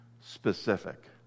specific